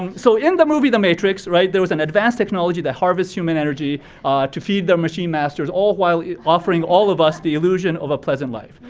so in the movie the matrix, right, there was an advanced technology that harvest human energy to feed the machine masters all while offering all of us the illusion of a pleasant life.